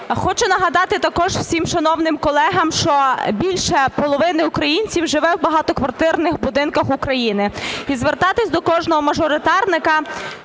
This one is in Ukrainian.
Хочу нагадати також всім шановним колегам, що більше половини українців живе у багатоквартирних будинках України і звертатися до кожного мажоритарника,